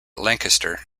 lancaster